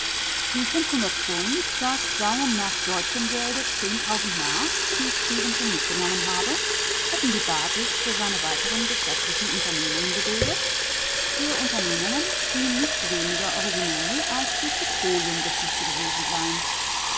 die fünfhundert pfund das seien nach deutschem gelde zehntausend mark die stefenson mitgenommen habe hätten die basis für seine weiteren geschäftlichen unternehmungen gebildet für unternehmungen die nicht weniger originell als die petroleumgeschichte gewesen seien